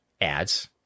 ads